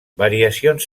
variacions